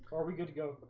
are we good to go